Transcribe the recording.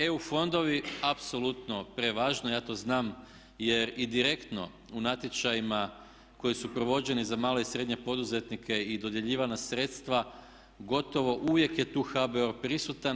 EU fondovi apsolutno prevažno, ja to znam, jer i direktno u natječajima koji su provođeni za male i srednje poduzetnike i dodjeljivana su sredstva, gotovo uvijek je tu HBOR prisutan.